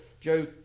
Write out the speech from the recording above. Joe